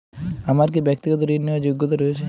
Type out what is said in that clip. আমার কী ব্যাক্তিগত ঋণ নেওয়ার যোগ্যতা রয়েছে?